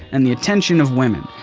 and the attention of women.